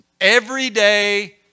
everyday